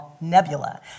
nebula